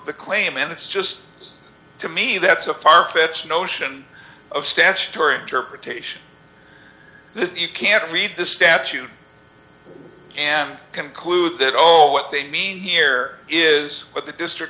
the claim and that's just to me that's a far fetched notion of statutory interpretation you can't read the statute and conclude that all what they mean here is what the district